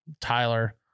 Tyler